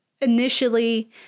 initially